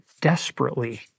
desperately